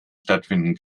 stattfinden